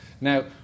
Now